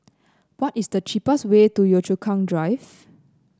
what is the cheapest way to Yio Chu Kang Drive